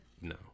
no